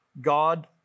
God